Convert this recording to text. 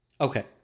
okay